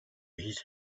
his